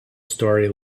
story